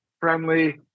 Friendly